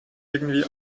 irgendwie